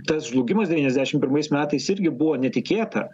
tas žlugimas devyniasdešim pirmais metais irgi buvo netikėta